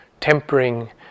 tempering